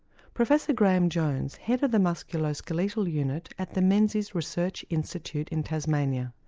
professor graeme jones, head of the musculoskeletal unit at the menzies research institute in tasmania.